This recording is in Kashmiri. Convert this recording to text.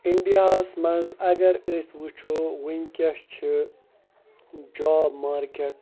اِنڈیاہَس منٛز اگر أسۍ وٕچھو وٕنکٮ۪س چھِ جاب مارکیٹ